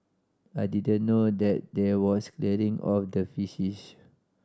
I didn't know that there was clearing of the fishes